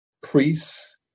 priests